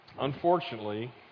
Unfortunately